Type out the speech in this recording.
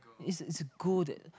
it's it's good